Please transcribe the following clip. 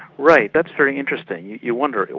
right, that's very interesting. you wonder,